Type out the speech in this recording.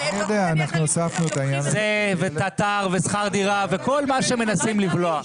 זה ותט"ר ושכר דירה וכל מה שמנסים לבלוע.